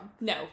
no